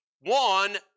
one